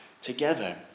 together